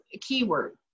keyword